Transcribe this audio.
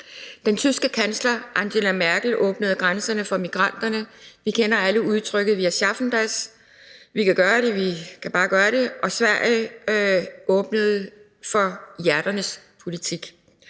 Den tyske kansler, Angela Merkel, åbnede grænserne for migranterne. Vi kender alle udtrykket »Wir schaffen das«: Vi kan gøre det, vi skal bare gøre det. Og Sverige åbnede for »hjerternes politik«.